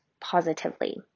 positively